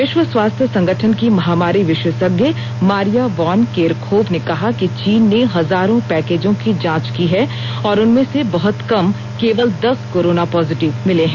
विश्व स्वास्थ्य संगठन की महामारी विशेषज्ञ मारिया वान केरखोव ने कहा कि चीन ने हजारों पैकेजों की जांच की है और उनमें से बहत कम केवल दस कोरोना पॉजिटिव मिले हैं